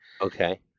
Okay